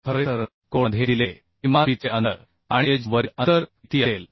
खरे तर कोडमध्ये दिलेले किमान पिचचे अंतर आणि एज वरील अंतर किती असेल